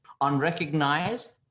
Unrecognized